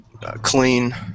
clean